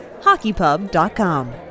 HockeyPub.com